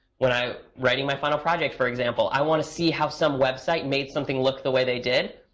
when i'm writing my final project, for example, i want to see how some website made something look the way they did.